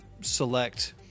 select